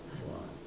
!wah!